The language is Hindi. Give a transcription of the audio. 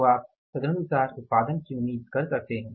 तो आप तदनुसार उत्पादन की उम्मीद कर सकते हैं